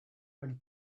and